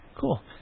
Cool